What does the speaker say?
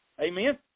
Amen